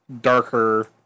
darker